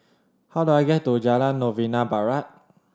how do I get to Jalan Novena Barat